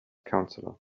counselor